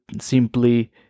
simply